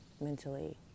mentally